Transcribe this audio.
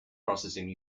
processing